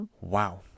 Wow